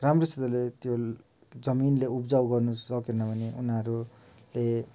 राम्रोसित त्यो जमिनले उब्जाउ गर्नु सकेन भने उनीहरूले